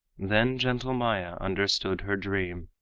then gentle maya understood her dream.